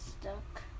stuck